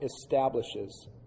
establishes